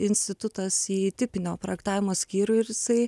institutas į tipinio projektavimo skyrių ir jisai